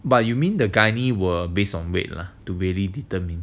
but you mean the gynae will based on weight lah to determine